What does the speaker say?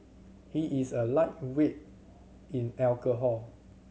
he is a lightweight in alcohol